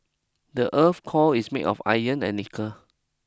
the earth's core is made of iron and nickel